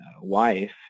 wife